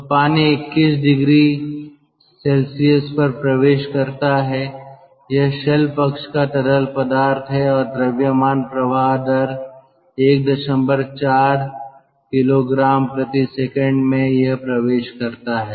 तो पानी 21oC पर प्रवेश करता है यह शेल पक्ष का तरल पदार्थ है और द्रव्यमान प्रवाह दर 14 kg s में यह प्रवेश करता है